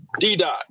DDOT